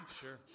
sure